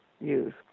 use